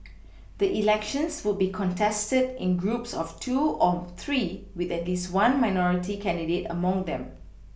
the elections would be contested in groups of two or three with at least one minority candidate among them